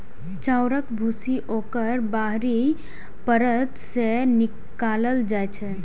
चाउरक भूसी ओकर बाहरी परत सं निकालल जाइ छै